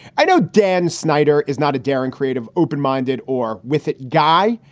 i know dan snyder is not a daring, creative, open minded or with it guy.